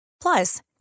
Plus